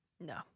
No